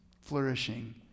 flourishing